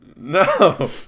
No